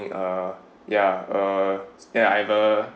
uh ya uh is there I have uh